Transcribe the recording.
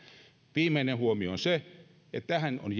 viimeinen huomio on se että tämähän on